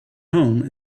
home